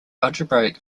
algebraic